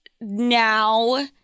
now